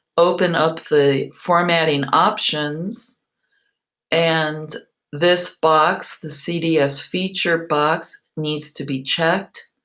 open up the formatting options and this box, the cds feature box, needs to be checked.